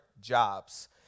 jobs